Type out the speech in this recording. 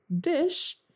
dish